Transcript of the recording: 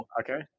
Okay